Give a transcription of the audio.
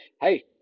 hey